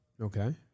Okay